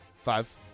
Five